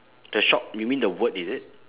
the shop you mean the word is it